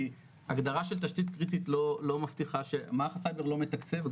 כי הגדרה של תשתית קריטית לא מבטיחה ש מערך הסייבר לא מתקצב,